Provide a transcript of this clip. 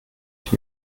ich